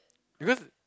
because